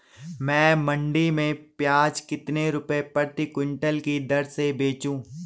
मैं मंडी में प्याज कितने रुपये प्रति क्विंटल की दर से बेचूं?